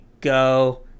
go